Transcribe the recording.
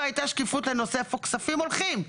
הייתה שקיפות לנושא של איפה הכספים הולכים.